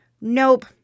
Nope